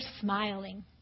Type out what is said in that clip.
smiling